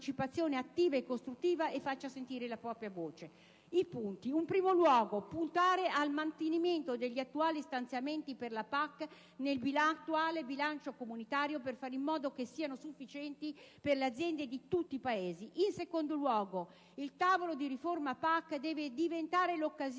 attiva e costruttiva e faccia sentire la propria voce. I punti su cui impegnarsi sono i seguenti: in primo luogo, puntare al mantenimento degli attuali stanziamenti per la PAC nell'attuale bilancio comunitario per fare in modo che siano sufficienti per le aziende di tutti i Paesi. In secondo luogo, il tavolo di riforma della PAC deve diventare l'occasione